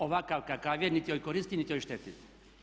Ovakav kakav je niti joj koristi, niti joj šteti.